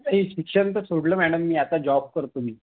नाही शिक्षण तर सोडलं मॅडम मी आता जॉब करतो मी